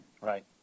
Right